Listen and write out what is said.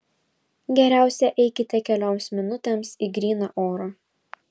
geriausia eikite kelioms minutėms į gryną orą